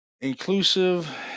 inclusive